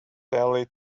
telly